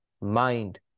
mind